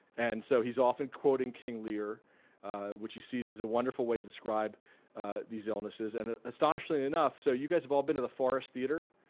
and so he's often quoting king lear which he sees is a wonderful way to describe these illnesses and ah astonishing enough so you guys have all been to the forrest theatre?